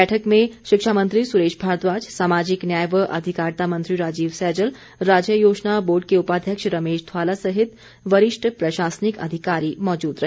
बैठक में शिक्षामंत्री सुरेश भारद्वाज सामाजिक न्याय व अधिकारिता मंत्री राजीव सैजल राज्य योजना बोर्ड के उपाध्यक्ष रमेश ध्वाला सहित वरिष्ठ प्रशासनिक अधिकारी मौजूद रहे